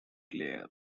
clair